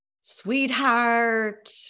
Sweetheart